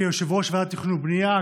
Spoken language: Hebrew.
כיושב-ראש ועדת תכנון ובנייה,